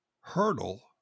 hurdle